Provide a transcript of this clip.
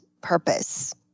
purpose